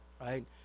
right